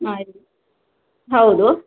ಆಯ್ತು ಹೌದು